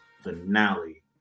finale